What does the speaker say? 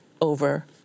over